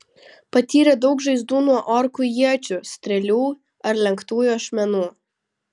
patyrė daug žaizdų nuo orkų iečių strėlių ar lenktųjų ašmenų